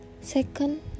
Second